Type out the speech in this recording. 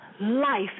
life